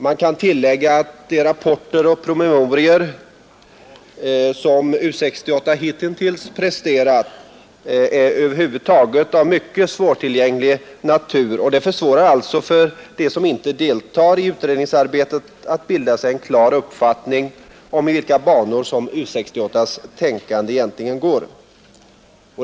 Man kan tillägga att de rapporter och promemorior som U 68 hittills presterat är av mycket svårtillgänglig natur, och det gör det svårare för dem som inte deltar i utredningsarbetet att bilda sig en klar uppfattning om vilka banor U 68:s tänkande egentligen går i.